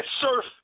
surf